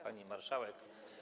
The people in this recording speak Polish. Pani Marszałek!